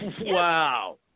wow